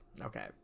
Okay